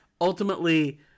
ultimately